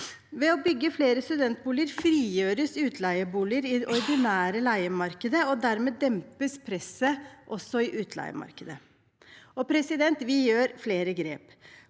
Ved å bygge flere studentboliger frigjøres utleieboliger i det ordinære leiemarkedet, og dermed dempes presset også i utleiemarkedet. Vi gjør flere grep.